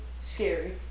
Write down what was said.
scary